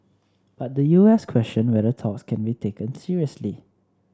but the U S questioned whether talks could be taken seriously